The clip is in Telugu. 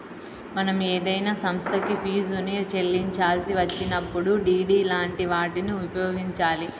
మనం ఏదైనా సంస్థకి ఫీజుని చెల్లించాల్సి వచ్చినప్పుడు డి.డి లాంటి వాటిని ఉపయోగించాలి